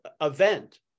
event